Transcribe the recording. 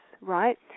right